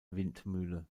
windmühle